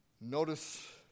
notice